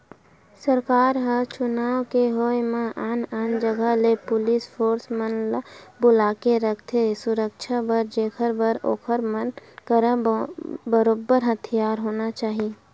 सरकार ह चुनाव के होय म आन आन जगा ले पुलिस फोरस मन ल बुलाके रखथे सुरक्छा बर जेखर बर ओखर मन करा बरोबर हथियार होना चाही